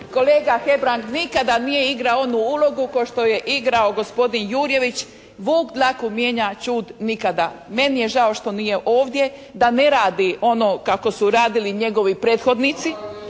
kolega Hebrang nikada nije igrao onu ulogu kao što je igrao gospodin Jurjević, vuk dlaku mijenja, a ćud nikada. Meni je žao što nje ovdje da ne radi ono kako su radili njegovi prethodnici,